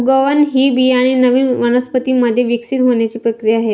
उगवण ही बियाणे नवीन वनस्पतीं मध्ये विकसित होण्याची प्रक्रिया आहे